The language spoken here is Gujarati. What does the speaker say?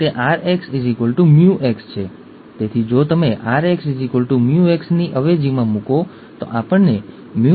બે શક્યતાઓ છે ક્લોરાઇડ ટ્રાન્સપોર્ટર માટે મેમ્બ્રેન પ્રોટીન કાં તો કાર્યરત હોય છે અથવા ક્લોરાઇડ ટ્રાન્સપોર્ટર માટે મેમ્બ્રેન પ્રોટીન કાર્યરત નથી ખરું ને